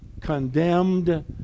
condemned